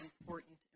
important